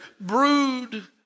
brood